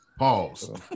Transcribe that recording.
Pause